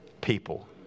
people